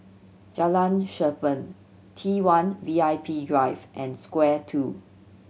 Jalan Cherpen T one VIP Drive and Square Two